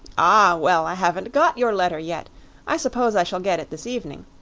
ah, well, i haven't got your letter yet i suppose i shall get it this evening.